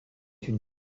une